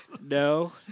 No